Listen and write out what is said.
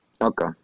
Okay